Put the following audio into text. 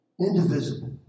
indivisible